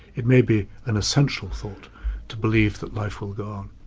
it may be an essential thought to believe that life will go